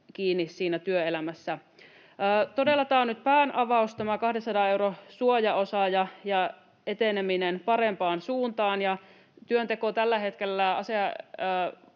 kiinni työelämässä. Todella tämä on nyt päänavaus, tämä 200 euron suojaosa, ja eteneminen parempaan suuntaan. Työnteko tällä hetkellä